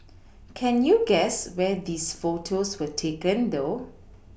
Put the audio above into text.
can you guess where these photos were taken though